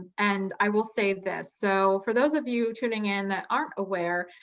and i will say this. so for those of you tuning in that aren't aware,